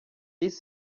these